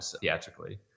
theatrically